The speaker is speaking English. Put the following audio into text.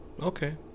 Okay